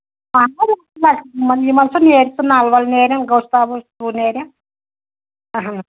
یِمن سُہ نیرِ سُہ نل وَل نیرن گۄشتابہٕ نیرن